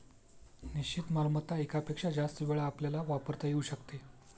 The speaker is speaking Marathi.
निश्चित मालमत्ता एकापेक्षा जास्त वेळा आपल्याला वापरता येऊ शकते